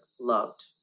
loved